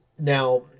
Now